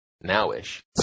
now-ish